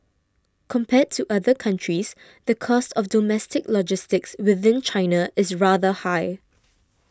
compared to other countries the cost of domestic logistics within China is rather high